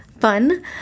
fun